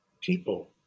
people